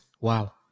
Wow